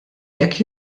jekk